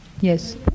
Yes